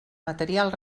material